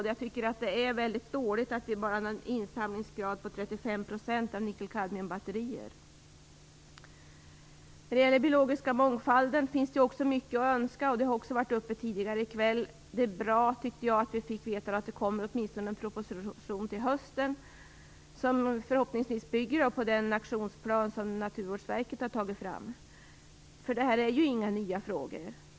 Men jag tycker att det är väldigt dåligt att insamlingsgraden när det gäller nickelkadmiumbatterier bara är 35 %. När det gäller den biologiska mångfalden finns det också mycket att önska. Frågan har också varit uppe tidigare i kväll. Det var bra att vi fick veta att det åtminstone kommer en proposition till hösten, som förhoppningsvis bygger på den aktionsplan som Naturvårdsverket har tagit fram. Detta är nämligen inga nya frågor.